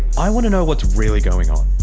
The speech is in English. i want to know what's really going on.